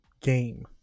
game